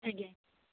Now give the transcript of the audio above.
ଆଜ୍ଞା